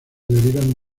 derivan